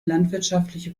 landwirtschaftliche